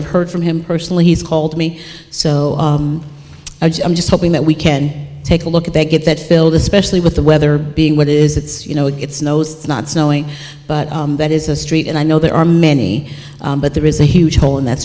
i've heard from him personally he's called me so i'm just hoping that we can take a look at they get that filled especially with the weather being what it is it's you know it's knows it's not snowing but that is a street and i know there are many but there is a huge hole in that